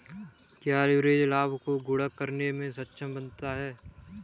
क्या लिवरेज लाभ को गुणक करने में सक्षम बनाता है?